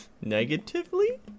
negatively